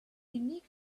unique